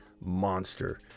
monster